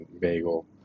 bagel